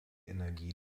energie